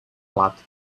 lata